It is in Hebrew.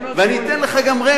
ואני אתן לך גם רמז,